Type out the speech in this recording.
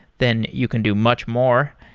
then you can do much more.